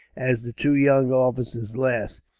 as the two young officers laughed.